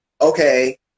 okay